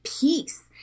peace